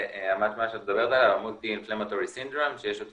מה שאת מדברת עליו --- שיש אותו